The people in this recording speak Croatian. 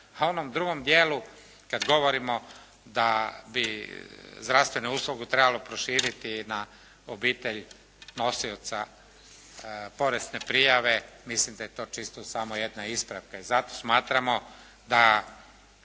o onom drugom dijelu kada govorimo da bi zdravstvenu uslugu trebalo proširiti na obitelj nosioca porezne prijave, mislim da je to čisto samo jedna ispravka i zato smatramo da